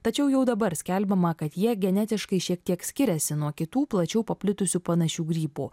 tačiau jau dabar skelbiama kad jie genetiškai šiek tiek skiriasi nuo kitų plačiau paplitusių panašių grybų